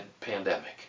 pandemic